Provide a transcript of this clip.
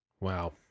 Wow